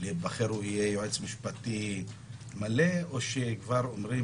להיבחר יהיה יועץ משפטי מלא או שכבר אומרים